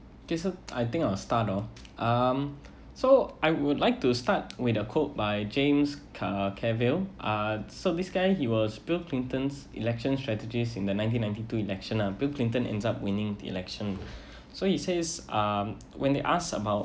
okay so I think I'll start off um so I would like to start with a quote by james car~ cavill uh so this guy he was bill clinton's election strategies in the nineteen ninety two election lah bill clinton ends up winning the election so he says um when they ask about